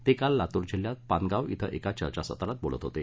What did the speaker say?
ते काल लातूर जिल्ह्यात पानगाव इंथ एका चर्चासत्रात बोलत होते